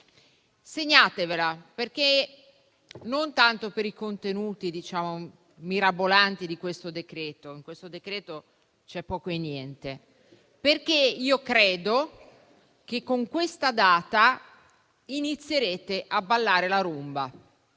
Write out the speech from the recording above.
Segnatevela, non tanto per i contenuti mirabolanti di questo decreto, in cui c'è poco e niente, ma perché io credo che con questa data inizierete a ballare la *rumba*.